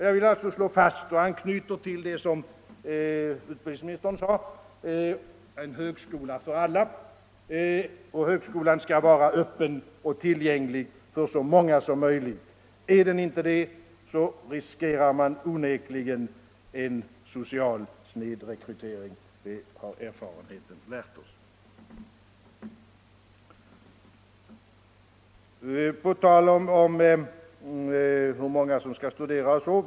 Jag vill alltså slå fast — och anknyter därvid till det utbildningsministern sade — att vi skall ha en högskola för alla och en högskola som är öppen och tillgänglig för så många som möjligt. Är den inte det riskerar man onekligen en social snedrekrytering — det har erfarenheten lärt oss.